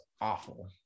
awful